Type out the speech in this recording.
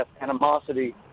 animosity